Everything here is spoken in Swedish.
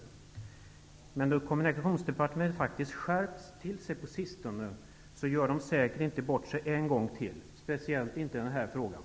Men eftersom man på Kommunikationsdepartementet på sistone har skärpt sig, gör man säkert inte bort sig en gång till, speciellt inte i den här frågan.